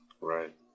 Right